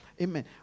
Amen